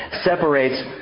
separates